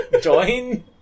join